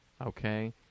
Okay